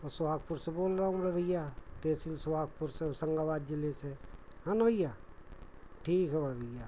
और सोहागपुर से बोल रहा हूँ बड़े भैया तहसील सोहागपुर से होशंगाबाद ज़िले से है ना भैया ठीक है बड़े भैया